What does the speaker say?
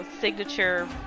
signature